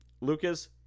Lucas